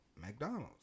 McDonald's